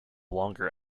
longer